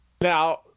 Now